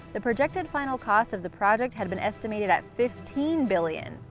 the projected final cost of the project had been estimated at fifteen billion